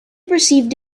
perceived